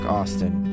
Austin